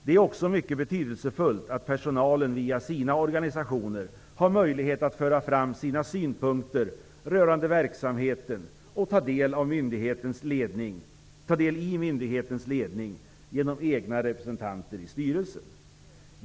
Det är också mycket betydelsefullt att personalen via sina organisationer har möjlighet att föra fram sina synpunkter rörande verksamheten och ta del i myndighetens ledning genom egna representanter i styrelsen.